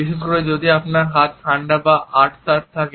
বিশেষ করে যদি আপনার হাত ঠান্ডা বা আঁটসাঁট থাকে